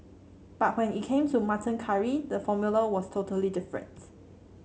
but when it came to mutton curry the formula was totally different